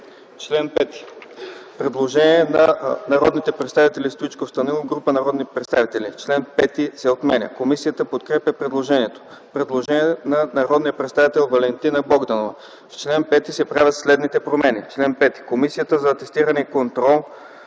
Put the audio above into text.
Член 5. Има предложение на народните представители Огнян Стоичков и група народни представители – чл. 5 се отменя. Комисията подкрепя предложението. Има предложение на народния представител Валентина Богданова – в чл. 5 се правят следните промени: „1. Член 5. Комисията за атестиране и контрол: